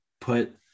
put –